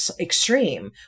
extreme